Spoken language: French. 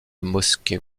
mosquée